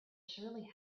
surely